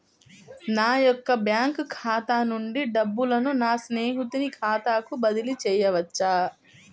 నా యొక్క బ్యాంకు ఖాతా నుండి డబ్బులను నా స్నేహితుని ఖాతాకు బదిలీ చేయవచ్చా?